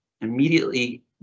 immediately